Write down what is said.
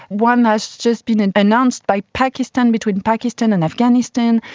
one has just been announced by pakistan between pakistan and afghanistan.